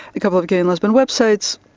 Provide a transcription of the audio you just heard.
couple of gay and lesbian websites.